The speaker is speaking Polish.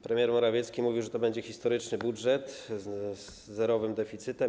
Premier Morawiecki mówił, że to będzie historyczny budżet z zerowym deficytem.